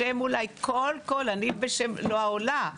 אני לא עולה,